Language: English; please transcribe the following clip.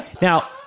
Now